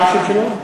מה השם שלו?